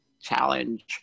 challenge